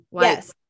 Yes